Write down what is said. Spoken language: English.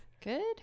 good